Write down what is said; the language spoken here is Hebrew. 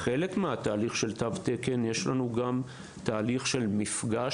כחלק מהתהליך של תו תקן יש לנו גם תהליך של מפגש,